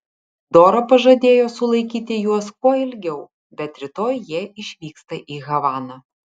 dora pažadėjo sulaikyti juos kuo ilgiau bet rytoj jie išvyksta į havaną